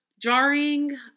jarring